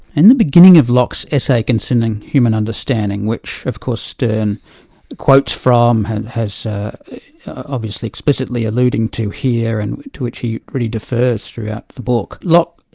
and the beginning of locke's essay concerning human understanding, which of course sterne quotes from and has obviously explicitly alluded to here and to which he really defers throughout the book, locke,